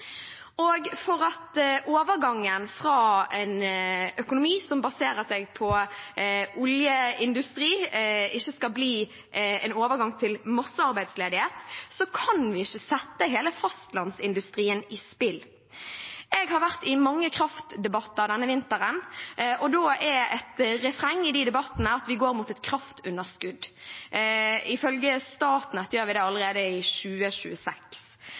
For at overgangen fra en økonomi som baserer seg på oljeindustri, ikke skal bli en overgang til massearbeidsledighet, kan vi ikke sette hele fastlandsindustrien i spill. Jeg har vært i mange kraftdebatter denne vinteren, og da er et refreng at vi går mot et kraftunderskudd. Ifølge Statnett gjør vi det allerede i 2026.